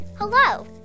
Hello